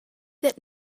that